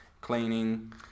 cleaning